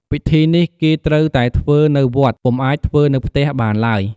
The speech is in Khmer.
ពិធីនេះគេត្រូវតែ ធ្វើនៅវត្ត ពុំអាចធ្វើនៅផ្ទះបានឡើយ។